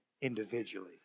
individually